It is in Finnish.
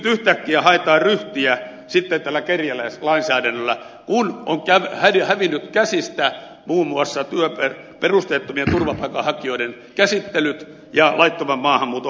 nyt yhtäkkiä haetaan ryhtiä sitten tällä kerjäläislainsäädännöllä kun on hävinnyt käsistä muun muassa perusteettomien turvapaikanhakijoiden käsittelyt ja laittoman maahanmuuton hallinta